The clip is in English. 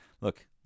Look